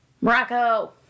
Morocco